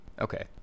Okay